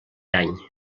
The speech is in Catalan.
any